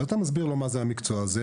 אני מסביר לו מה המקצוע הזה.